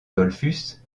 dollfus